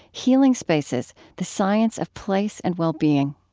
healing spaces the science of place and well-being